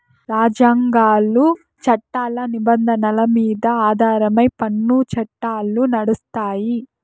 రాజ్యాంగాలు, చట్టాల నిబంధనల మీద ఆధారమై పన్ను చట్టాలు నడుస్తాయి